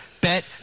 Bet